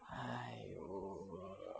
!aiyo!